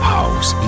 House